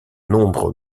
nombre